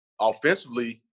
offensively